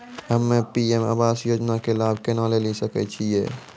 हम्मे P M योजना के लाभ केना लेली सकै छियै?